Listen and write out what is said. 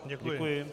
Děkuji.